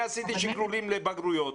עשיתי שקלולים לבגרויות,